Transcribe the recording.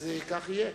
אז כך יהיה.